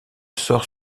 sort